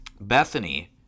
Bethany